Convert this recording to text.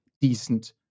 decent